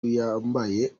uyambaye